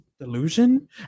delusion